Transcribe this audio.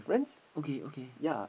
okay okay